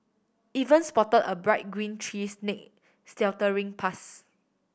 even spot a bright green tree snake slithering